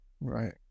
Right